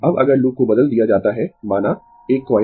अब अगर लूप को बदल दिया जाता है माना एक कॉइल